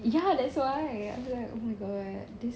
ya that's why I'm like oh my god this